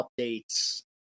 updates